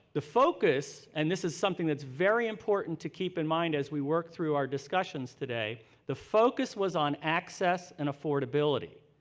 the focus and this is something that's very important to keep in mind as we work through our discussions today the focus was on access and affordability.